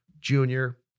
junior